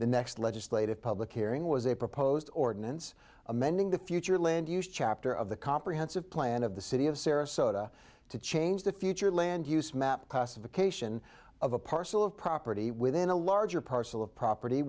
the next legislative public hearing was a proposed ordinance amending the future land use chapter of the comprehensive plan of the city of sarasota to change the future land use map classification of a parcel of property within a larger parcel of property